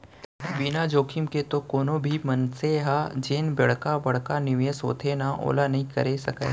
बिना जोखिम के तो कोनो भी मनसे ह जेन बड़का बड़का निवेस होथे ना ओला नइ करे सकय